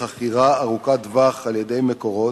לחכירה ארוכת טווח על-ידי "מקורות",